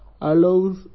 allows